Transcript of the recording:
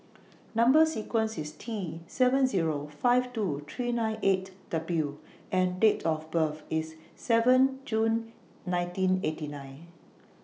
Number sequence IS T seven Zero five two three nine eight W and Date of birth IS seven June nineteen eighty nine